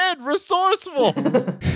resourceful